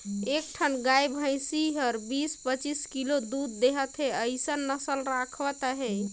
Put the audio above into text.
एक ठन गाय भइसी हर बीस, पचीस किलो दूद देहत हे अइसन नसल राखत अहे